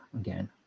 again